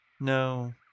No